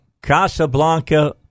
Casablanca